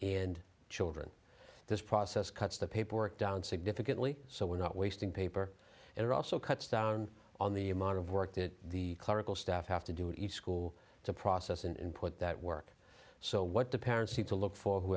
and children this process cuts the paperwork down significantly so we're not wasting paper and it also cuts down on the amount of work that the clerical staff have to do each school to process and put that work so what the parents need to look for who